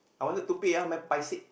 I wanted to pay ah my paise~